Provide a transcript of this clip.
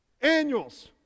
Annuals